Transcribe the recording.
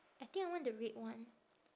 I think I want the red one